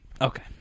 Okay